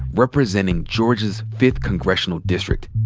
representing georgia's fifth congressional district.